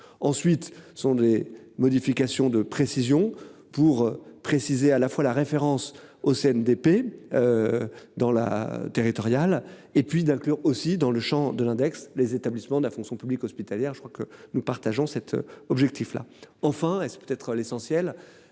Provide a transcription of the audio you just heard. ensuite ce sont des modifications de précisions pour préciser à la fois la référence au CNDP. Dans la territoriale et puis d'inclure aussi dans le Champ de l'index les établissements de la fonction publique hospitalière. Je crois que nous partageons cet objectif-là enfin et c'est peut être l'essentiel.